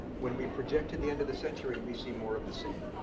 when we project to the end of the century, we see more of the same.